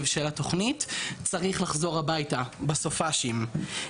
של התוכנית צריך לחזור הביתה בסופ"שים.